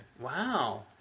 Wow